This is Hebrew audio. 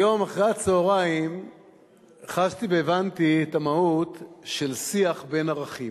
היום אחרי-הצהריים חשתי והבנתי את המהות של שיח בין ערכים.